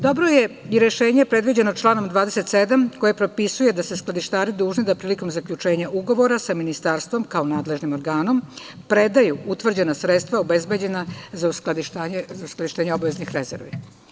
Dobro je i rešenje predviđeno članom 27. koje propisuje da su skladištari dužni da prilikom zaključenja ugovora sa ministarstvom, kao nadležnim organom, predaju utvrđena sredstva obezbeđena za uskladištenje obaveznih rezervi.